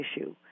issue